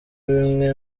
bimwe